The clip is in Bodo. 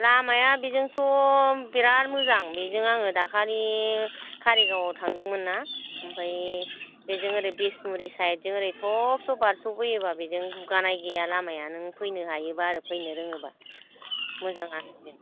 लामाया बेजों थ' बिराथ मोजां बिजों आङो दाखालि कारिगाव आव थांदोंमोनना आमफाय बिजों ओरै बिसमुरि साइद जों ओरै थबस्र' बारस' बोयोबा बिजों गुगानाय गैया लामाया नों फैनो हायोबा आरो फैनो रोङोबा मोजां आनो बिजों